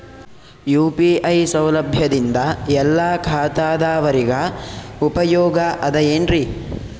UPI ಸೌಲಭ್ಯದಿಂದ ಎಲ್ಲಾ ಖಾತಾದಾವರಿಗ ಉಪಯೋಗ ಅದ ಏನ್ರಿ?